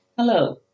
Hello